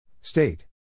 State